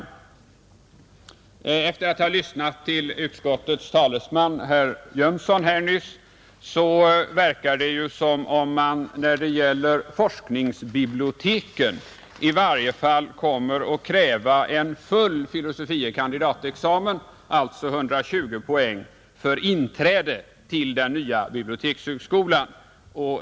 Att döma av vad utskottets talesman, herr Jönsson i Arlöv, anfört verkar det som om man i varje fall vad gäller forskningsbiblioteken kommer att kräva en full filosofie kandidat-examen, alltså 120 poäng, för inträde till den nya bibliotekshögskolan.